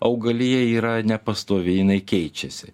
augalija yra nepastovi jinai keičiasi